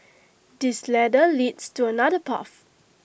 this ladder leads to another path